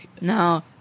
No